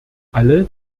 alle